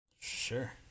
Sure